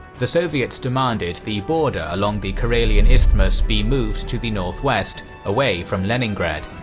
the soviets demanded the border along the karelian isthmus be moved to the northwest, away from leningrad.